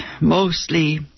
mostly